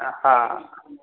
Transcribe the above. हा